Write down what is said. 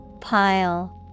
pile